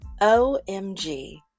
OMG